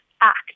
act